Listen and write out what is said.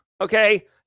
Okay